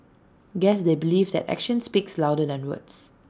guess they believe that actions speak louder than words